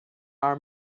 our